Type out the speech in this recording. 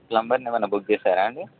ప్లంబర్ని ఏమైన్నా బుక్ చేశారా అండి